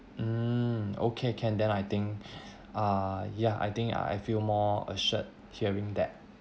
um okay can then I think uh ya I think I feel more assured hearing that